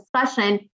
discussion